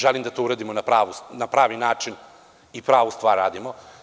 Želim da to uradimo na pravi način i pravu stvar radimo.